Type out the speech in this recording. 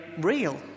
real